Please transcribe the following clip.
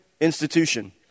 institution